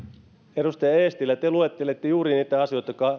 edustaja eestilä te luettelitte juuri niitä asioita jotka